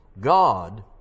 God